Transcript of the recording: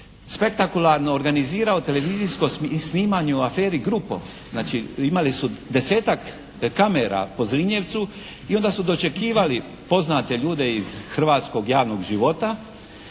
spektakularno organizirao televizijsko snimanje o aferi "Grupo", znači imali su 10-tak kamera po Zrinjevcu i onda su dočekivali poznate ljude iz hrvatskog javnog života,